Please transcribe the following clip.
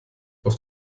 auf